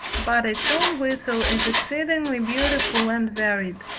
but its own whistle is exceedingly beautiful and varied.